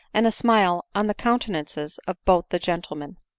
and a smile on the coun tenances of both the gentlemen.